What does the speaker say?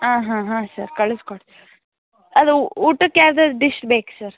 ಹಾಂ ಹಾಂ ಹಾಂ ಸರ್ ಕಳಸ್ಕೊಡ್ತೀವಿ ಅದು ಊಟಕ್ಕೆ ಯಾವ್ದ್ಯಾವ್ದು ಡಿಶ್ ಬೇಕು ಸರ್